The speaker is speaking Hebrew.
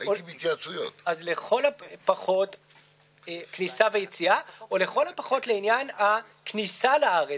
של חבר הכנסת אוסאמה סעדי בנושא: הקמת ועדת חקירה